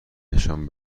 نشان